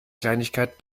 kleinigkeit